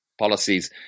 Policies